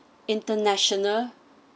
international